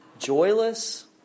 joyless